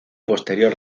posterior